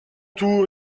tour